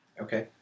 Okay